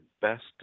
best